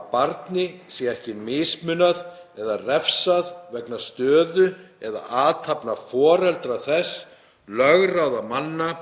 að barni sé ekki mismunað eða refsað vegna stöðu eða athafna foreldra þess, lögráðamanna